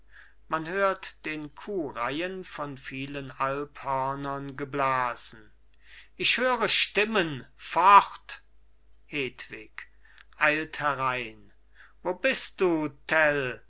man hört den kuhreihen von vielen alphörnern geblasen ich höre stimmen fort hedwig eilt herein wo bist du tell